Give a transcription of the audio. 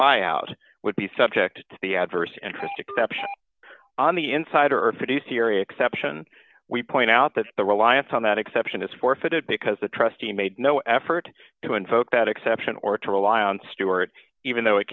buyout would be subject to the adverse interest exception on the insider produced theory exception we point out that the reliance on that exception is forfeited because the trustee made no effort to invoke that exception or to rely on stewart even though it